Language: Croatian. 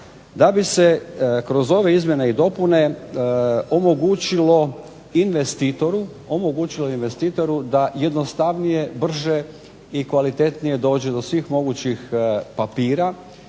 da bi se kroz ove izmjene i dopune omogućilo investitoru da jednostavnije, brže i kvalitetnije dođe do svih mogućih papira